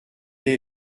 est